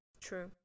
true